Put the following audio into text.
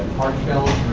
hard shells